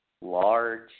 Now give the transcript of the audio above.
large